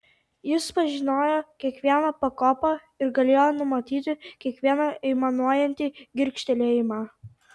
jis pažinojo kiekvieną pakopą ir galėjo numatyti kiekvieną aimanuojantį girgžtelėjimą